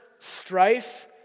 strife